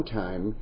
time